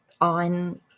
on